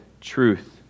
truth